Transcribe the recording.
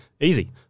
easy